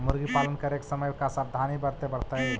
मुर्गी पालन करे के समय का सावधानी वर्तें पड़तई?